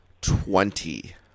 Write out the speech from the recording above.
Twenty